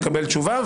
לקבל תשובה,